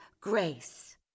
Grace